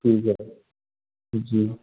ठीक है जी